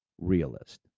realist